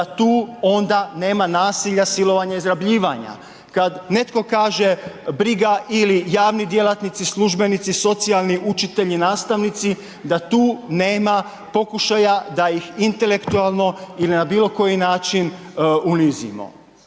da tu onda nema nasilja, silovanja i izrabljivanja, kad netko kaže briga ili javni djelatnici, službenici, socijalni, učitelji, nastavnici, da tu nema pokušaja da ih intelektualno ili na bilo koji način unizimo.